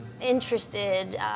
interested